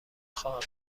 خواهم